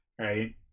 right